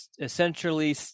essentially